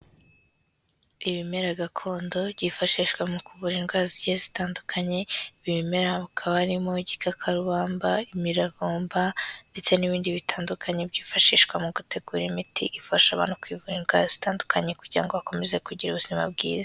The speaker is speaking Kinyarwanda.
Ibimera gakondo byifashishwa mu ku kuvu indwara zigiye zitandukanye, ibi bimera hakaba harimo, igikakarubamba, imiravumba ndetse n'ibindi bitandukanye byifashishwa mu gutegura imiti ifasha abantu kwivura indwara zitandukanye, kugira ngo bakomeze kugira ubuzima bwiza.